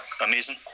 amazing